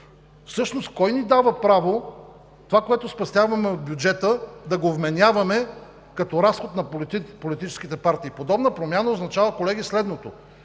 Всъщност кой ни дава право това, което спестяваме от бюджета, да го вменяваме като разход на политическите партии? Подобна промяна, колеги, означава